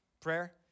prayer